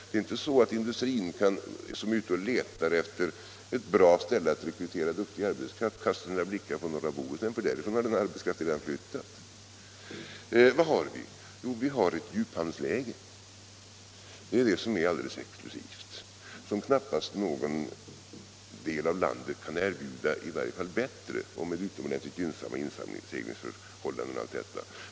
Det är inte så att industrin, som är ute och letar efter ett bra ställe att rekrytera duktig arbetskraft, kastar sina blickar på norra Bohuslän. Därifrån har ju arbetskraften redan flyttat. Vad har vi? Jo, vi har ett djuphamnsläge. Det är det som är alldeles exklusivt och som knappast någon del av landet kan erbjuda — i varje fall inte bättre. Vi har en djuphamn med utomordentligt gynnsamma inseglingsförhållanden etc.